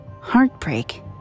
heartbreak